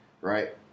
Right